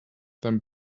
them